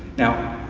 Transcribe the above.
now,